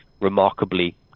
remarkably